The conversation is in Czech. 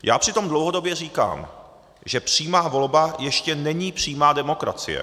Já přitom dlouhodobě říkám, že přímá volba ještě není přímá demokracie.